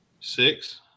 six